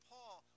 Paul